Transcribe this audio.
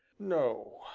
no,